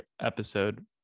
episode